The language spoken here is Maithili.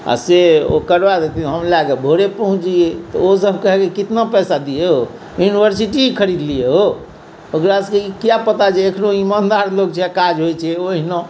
आओर से ओ करबा देथिन हम लए कऽ भोरे पहुँचि जाइए तऽ ओसब कहै की कितना पैसा दिये हो यूनिवर्सिटी ही खरीद लिय हो ओकरा सबके ई किया पता जे एकरो ईमानदार लोक छै आओर काज होइ छै ओहिना